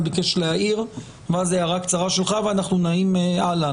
להעיר, ואז הערה קצרה שלך, ואנחנו נעים הלאה.